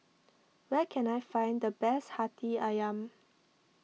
where can I find the best Hati Ayam